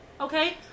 okay